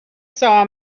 saw